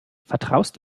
vertraust